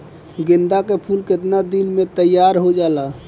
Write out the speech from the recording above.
गेंदा के फूल केतना दिन में तइयार हो जाला?